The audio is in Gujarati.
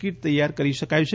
કીટ તૈયાર કરી શકાય છે